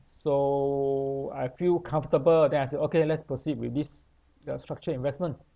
so I feel comfortable then I say okay let's proceed with this the structured investment